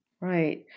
Right